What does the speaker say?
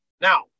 Now